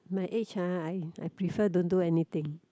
my age ah I I prefer don't do anything